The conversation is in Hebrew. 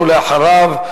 ואחריו,